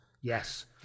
yes